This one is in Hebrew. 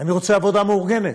אני רוצה עבודה מאורגנת.